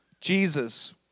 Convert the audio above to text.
Jesus